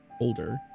older